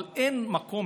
אבל אין מקום,